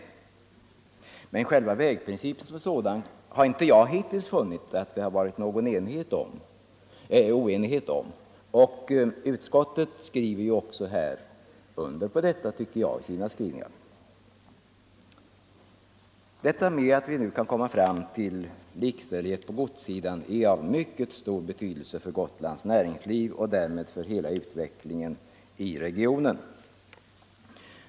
Men beträffande själva vägprincipen som sådan har jag hittills inte funnit någon oenighet. Utskottet skriver också under på detta i sitt betänkande. Att vi nu kan komma fram till likställighet på godssidan är av mycket stor betydelse för Gotlands näringsliv och därmed för hela utvecklingen i regionen.